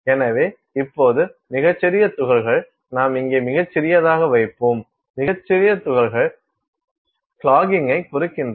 எனவே இப்போது மிகச் சிறிய துகள்கள் நாம் இங்கே மிகச் சிறியதாக வைப்போம் மிகச் சிறிய துகள்கள் கிளாகிங்கை குறிக்கின்றன